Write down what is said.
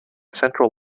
central